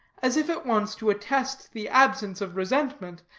as if at once to attest the absence of resentment,